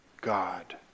God